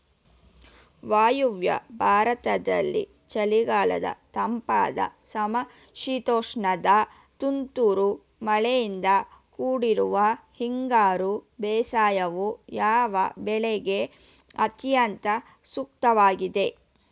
ವಾಯುವ್ಯ ಭಾರತದಲ್ಲಿ ಚಳಿಗಾಲದ ತಂಪಾದ ಸಮಶೀತೋಷ್ಣವಾದ ತುಂತುರು ಮಳೆಯಿಂದ ಕೂಡಿರುವ ಹಿಂಗಾರು ಬೇಸಾಯವು, ಯಾವ ಬೆಳೆಗೆ ಅತ್ಯಂತ ಸೂಕ್ತವಾಗಿದೆ?